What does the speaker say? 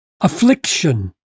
affliction